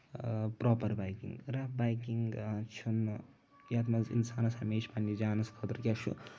proper baking rough baking چھُنہٕ یَتھ منٛز اِنسانس ہمیشہٕ پَنٕنہِ جانَس خٲطرٕ کیاہ چھُ